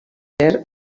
concerts